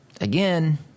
Again